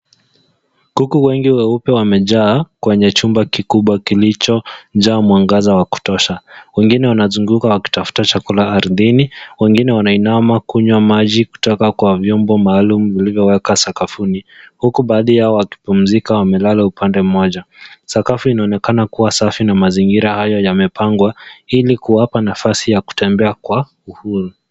Kuku weupe wamejaa, kwenye chumba kikubwa kilichojaa mwangaza wa kutosha. Wengine wanazunguka wakitafuta chakula ardhini. Wengine wanainama kunywa maji kutoka kwa vyombo maalum vilivyoweka sakafuni. Huku baadhi yao wakipumzika wamelala upande mmoja. Sakafu inaonekana kuwa safi na mazingira hayo yamepangwa, ili kuwapa nafasi ya kutembea kwa uhuru.